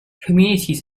communities